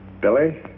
Billy